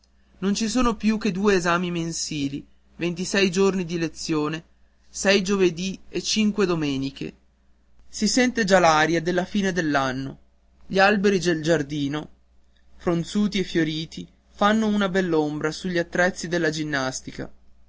non ci son più che due esami mensili ventisei giorni di lezione sei giovedì e cinque domeniche si sente già l'aria della fine dell'anno gli alberi del giardino fronzuti e fioriti fanno una bell'ombra sugli attrezzi della ginnastica